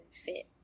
fit